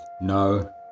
no